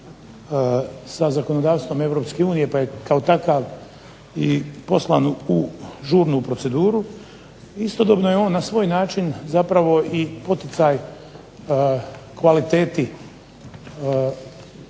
sa zakonodavstvom Europske unije pa je kao takav i poslan u žurnu proceduru. Istodobno je on na svoj način zapravo i poticaj kvaliteti